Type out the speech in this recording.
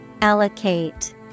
Allocate